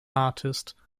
artist